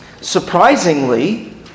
Surprisingly